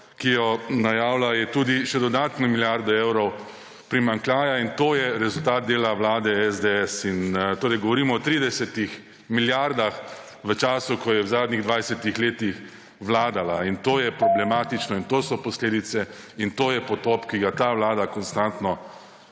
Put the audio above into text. ki jo najavljajo, tudi še dodatna milijarda evrov primanjkljaja. In to je rezultat dela vlade SDS. Torej govorim o 30 milijardah v času, ko je v zadnjih 20 letih vladala. In to je problematično in to so posledice in to je potop, ki ga ta vlada konstantno